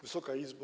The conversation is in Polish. Wysoka Izbo!